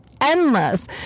endless